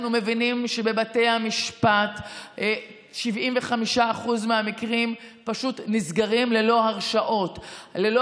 אנחנו מבינים שבבתי המשפט 75% מהמקרים פשוט נסגרים ללא הרשעות ללא